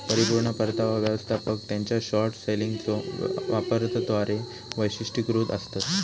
परिपूर्ण परतावा व्यवस्थापक त्यांच्यो शॉर्ट सेलिंगच्यो वापराद्वारा वैशिष्ट्यीकृत आसतत